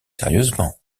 sérieusement